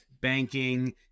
banking